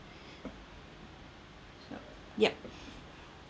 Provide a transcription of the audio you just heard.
yup yup